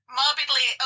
morbidly